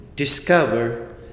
Discover